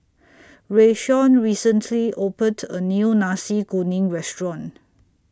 Rayshawn recently opened A New Nasi Kuning Restaurant